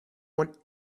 want